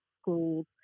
schools